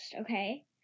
okay